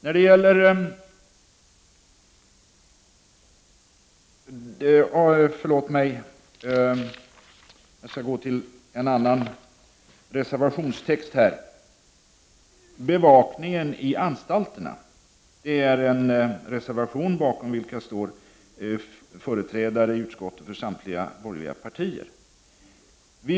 När det gäller bevakningen i anstalterna föreligger en reservation, bakom vilken står företrädare för samtliga borgerliga partier.